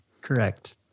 Correct